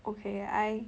okay I